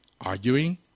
arguing